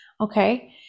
Okay